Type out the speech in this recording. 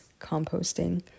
composting